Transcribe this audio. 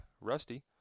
Rusty